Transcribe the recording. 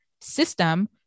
system